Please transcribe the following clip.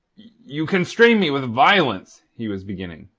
you constrain me with violence. he was beginning.